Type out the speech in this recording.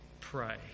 pray